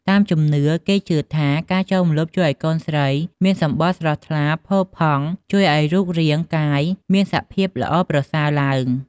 តាមជំនឿ គេជឿថាការចូលម្លប់ជួយឱ្យកូនស្រីមានសម្បុរស្រស់ថ្លា ផូរផង់ ជួយឱ្យរូបរាងកាយមានសភាពល្អប្រសើរឡើង។